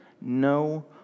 no